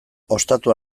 ostatu